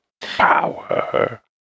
Power